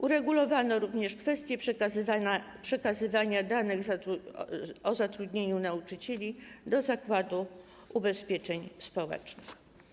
Uregulowano również kwestie przekazywania danych o zatrudnieniu nauczycieli do Zakładu Ubezpieczeń Społecznych.